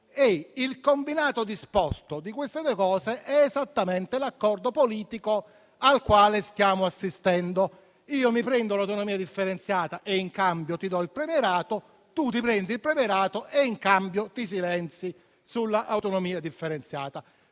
Il combinato disposto di queste due posizioni è esattamente l'accordo politico al quale stiamo assistendo: io ti do l'autonomia differenziata e in cambio ti do il premierato. Tu prendi il premierato e in cambio ti silenzi sull'autonomia differenziata.